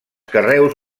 carreus